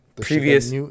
previous